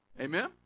Amen